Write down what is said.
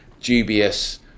dubious